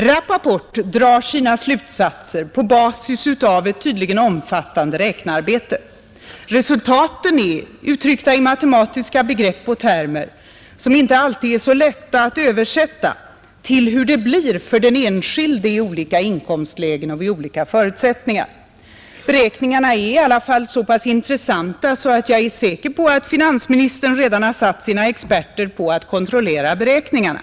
Rappaport drar sina slutsatser på basis av ett tydligen omfattande räknearbete. Resultaten är uttryckta i matematiska begrepp och termer som inte alltid är så lätta att översätta till hur det blir för den enskilde i olika inkomstlägen och vid olika förutsättningar. Beräkningarna är i alla fall så pass intressanta att jag är säker på att finansministern redan har satt sina experter på att kontrollera beräkningarna.